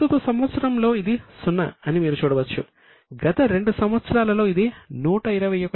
ప్రస్తుత సంవత్సరంలో ఇది 0 అని మీరు చూడవచ్చు గత 2 సంవత్సరాలలో ఇది 121